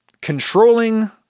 Controlling